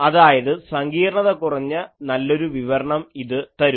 അതായത് സങ്കീർണത കുറഞ്ഞ നല്ലൊരു വിവരണം ഇതു തരും